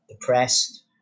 depressed